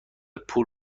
پول